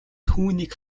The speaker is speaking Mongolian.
түүнийг